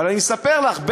אבל אני אספר לך,